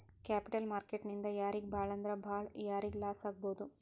Capital market ನಿಂದಾ ಯಾರಿಗ್ ಭಾಳಂದ್ರ ಭಾಳ್ ಯಾರಿಗ್ ಲಾಸಾಗ್ಬೊದು?